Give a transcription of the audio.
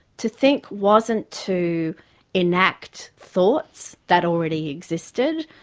to think wasn't to enact thoughts that already existed,